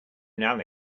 known